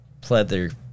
pleather